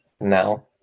now